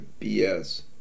BS